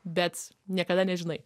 bet niekada nežinai